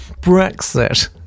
Brexit